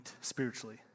spiritually